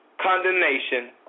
condemnation